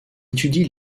étudie